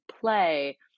play